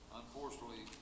unfortunately